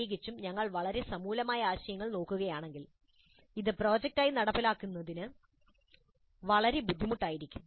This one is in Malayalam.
പ്രത്യേകിച്ചും ഞങ്ങൾ വളരെ സമൂലമായ ആശയങ്ങൾ നോക്കുകയാണെങ്കിൽ അത് പ്രോജക്റ്റായി നടപ്പിലാക്കുന്നത് വളരെ ബുദ്ധിമുട്ടായിരിക്കും